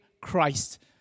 Christ